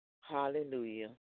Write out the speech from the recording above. hallelujah